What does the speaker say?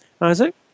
Isaac